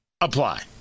apply